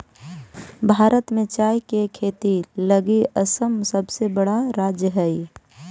भारत में चाय के खेती लगी असम सबसे बड़ा राज्य हइ